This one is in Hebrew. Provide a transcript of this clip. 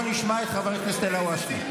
בואו נשמע את חבר הכנסת אלהואשלה,